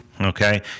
okay